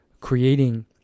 creating